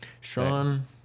Sean